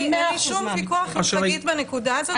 לי שום ויכוח עם חגית בנקודה הזאת.